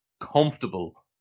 comfortable